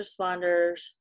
responders